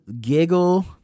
giggle